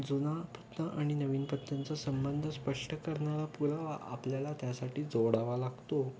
जुना पत्ता आणि नवीन पत्यांचा संबंध स्पष्ट करणारा पुरावा आपल्याला त्यासाठी जोडावा लागतो